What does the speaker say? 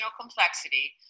complexity